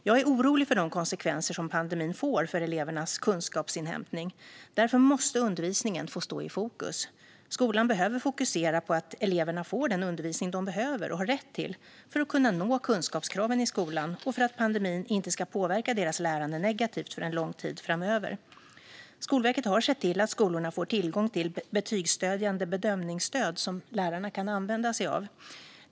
Jag är orolig för de konsekvenser som pandemin får för elevernas kunskapsinhämtning. Därför måste undervisningen få stå i fokus. Skolan behöver fokusera på att eleverna får den undervisning de behöver och har rätt till för att kunna nå kunskapskraven i skolan och för att pandemin inte ska påverka deras lärande negativt för en lång tid framöver. Skolverket har sett till att skolorna får tillgång till betygsstödjande bedömningsstöd som lärarna kan använda sig av.